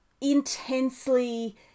intensely